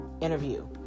interview